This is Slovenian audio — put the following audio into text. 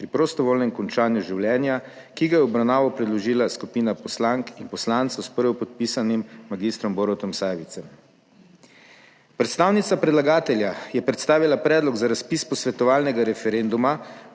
pri prostovoljnem končanju življenja, ki ga je v obravnavo predložila skupina poslank in poslancev s prvopodpisanim magistrom Borutom Sajovicem. Predstavnica predlagatelja je predstavila predlog za razpis posvetovalnega referenduma